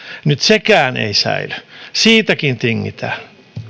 nyt sekään ei säily siitäkin tingitään